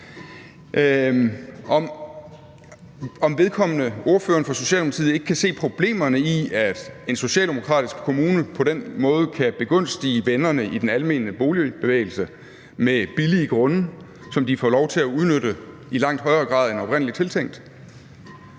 gå – om ordføreren for Socialdemokratiet ikke kan se problemerne i, at en socialdemokratisk kommune på den måde kan begunstige vennerne i den almene boligbevægelse med billige grunde, som de får lov til at udnytte i langt højere grad end oprindelig tiltænkt.